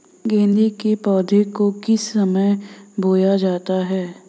गेंदे के पौधे को किस समय बोया जाता है?